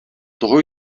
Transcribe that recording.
toho